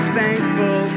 thankful